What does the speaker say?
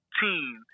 team